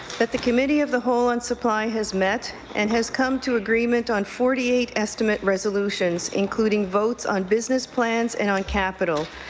that the committee of the whole on supply has met and has come to agreement on forty eight estimate resolutions, including votes on business plans and on capital.